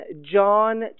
John